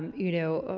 you know,